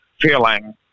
feeling